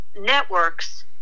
networks